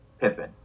Pippin